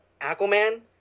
Aquaman